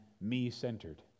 me-centered